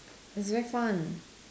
is very fun